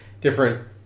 different